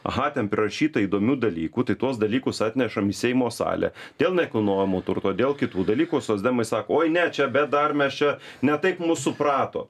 aha ten prirašyta įdomių dalykų tai tuos dalykus atnešam į seimo salę dėl nekilnojamo turto dėl kitų dalykų socdemai sako oi ne čia bet dar mes čia ne taip mus suprato